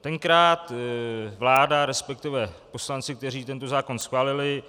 Tenkrát vláda, resp. poslanci, kteří tento zákon schválili,